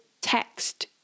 text